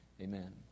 Amen